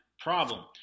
problem